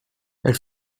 elle